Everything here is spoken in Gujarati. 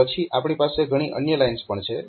અને પછી આપણી પાસે ઘણી અન્ય લાઇન્સ પણ છે